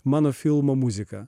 mano filmo muzika